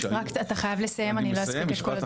רק אתה חייב לסיים, אני לא אספיק את כל הדוברים.